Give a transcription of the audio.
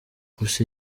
gusa